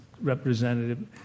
representative